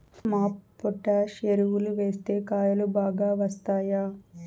MOP potash ఎరువులు వేస్తే కాయలు బాగా వస్తాయా?